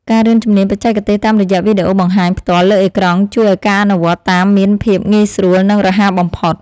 ការរៀនជំនាញបច្ចេកទេសតាមរយៈវីដេអូបង្ហាញផ្ទាល់លើអេក្រង់ជួយឱ្យការអនុវត្តតាមមានភាពងាយស្រួល និងរហ័សបំផុត។